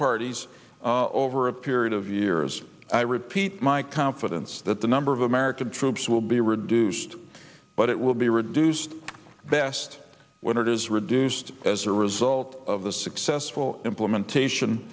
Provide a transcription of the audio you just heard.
parties over a period of years i repeat my confidence that the number of american troops will be reduced but it will be reduced best when it is reduced as a result of the successful implementation